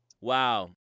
Wow